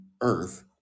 earth